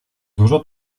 dużo